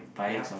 yup